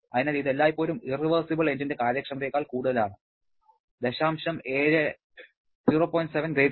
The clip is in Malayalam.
അതിനാൽ ഇത് എല്ലായ്പ്പോഴും ഇറവെർസിബിൾ എഞ്ചിന്റെ കാര്യക്ഷമതയേക്കാൾ കൂടുതലാണ് 0